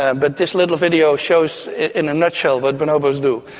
ah but this little video shows in a nutshell what bonobos do.